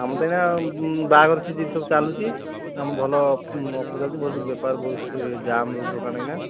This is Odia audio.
ଆମର ତ ଏଇନା ବାହାଘର ସିଜିନ୍ ସବୁ ଚାଲୁଛି ଆମ ଭଲ ଉଁ ଅଫର୍ ଭଲ ବେପାର ବହୁତ ଜାମ୍ ହେଉଛି ଦୋକାନ ଏଇନା